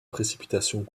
précipitations